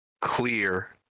clear